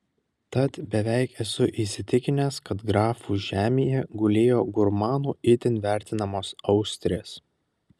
tad beveik esu įsitikinęs kad grafų žemėje gulėjo gurmanų itin vertinamos austrės